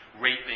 raping